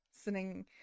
sitting